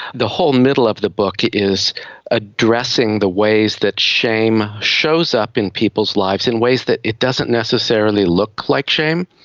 the whole middle of the book is addressing the ways that shame shows up in people's lives in ways that it doesn't necessarily look like shame.